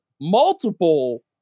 multiple